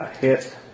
hit